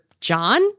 John